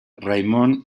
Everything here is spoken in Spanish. raymond